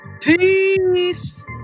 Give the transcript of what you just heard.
Peace